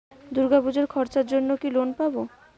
দূর্গাপুজোর খরচার জন্য কি লোন পাব?